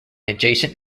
adjacent